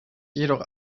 jedoch